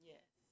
Yes